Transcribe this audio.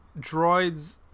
droids